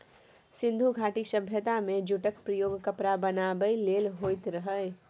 सिंधु घाटी सभ्यता मे जुटक प्रयोग कपड़ा बनाबै लेल होइत रहय